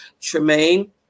Tremaine